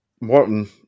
Morton